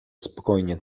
spokojnie